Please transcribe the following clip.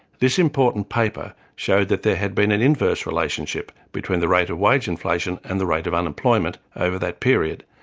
this important paper showed that there had been an inverse relationship between the rate of wage inflation and the rate of unemployment over that period.